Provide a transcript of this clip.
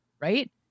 Right